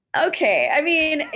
okay. i mean,